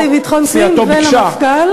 לשר לביטחון פנים ולמפכ"ל,